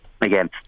again